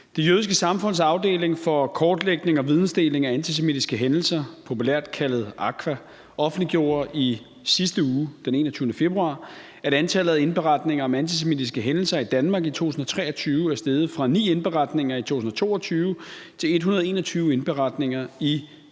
Det jødiske samfunds afdeling for kortlægning af og vidensdeling om antisemitiske hændelser, populært kaldet AKVA, offentliggjorde i sidste uge, den 21. februar, at antallet af indberetninger om antisemitiske hændelser i Danmark i 2023 er steget fra ni indberetninger i 2022 til 121 indberetninger i 2023.